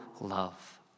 love